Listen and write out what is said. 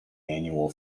annual